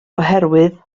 oherwydd